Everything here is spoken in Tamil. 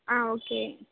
ஆ ஓகே